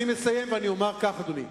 אני מסיים ואומר כך, אדוני: